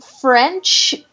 French